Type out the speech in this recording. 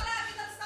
אני אסביר לך איך.